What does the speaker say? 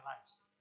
lives